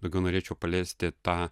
daugiau norėčiau paliesti tą